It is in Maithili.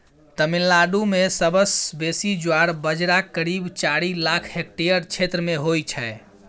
तमिलनाडु मे सबसँ बेसी ज्वार बजरा करीब चारि लाख हेक्टेयर क्षेत्र मे होइ छै